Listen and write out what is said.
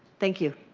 thank you.